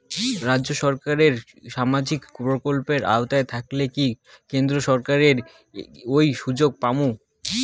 রাজ্য সরকারের সামাজিক প্রকল্পের আওতায় থাকিলে কি কেন্দ্র সরকারের ওই সুযোগ পামু?